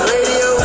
Radio